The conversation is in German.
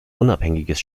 unabhängiges